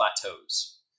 plateaus